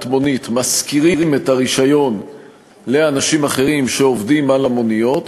מונית משכירים את הרישיון לאנשים אחרים שעובדים על המוניות,